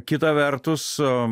kita vertus